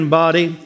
body